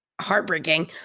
heartbreaking